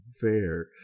fair